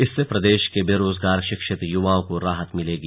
इससे प्रदेश के बेरोजगार शिक्षित युवाओं को राहत मिलेगी